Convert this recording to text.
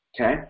Okay